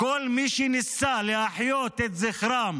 כל מי שניסה להחיות את זכרם